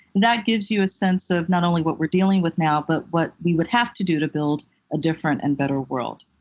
that gives you a sense of not only what we're dealing with now, but what we would have to do to build a different and better world.